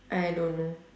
I don't know